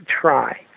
try